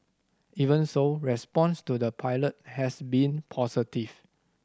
even so response to the pilot has been positive